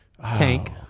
Tank